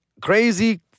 Crazy